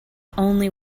only